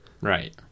Right